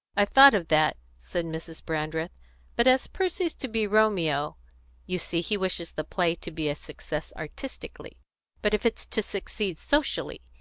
i thought of that, said mrs. brandreth but as percy's to be romeo you see he wishes the play to be a success artistically but if it's to succeed socially,